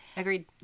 Agreed